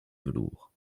velours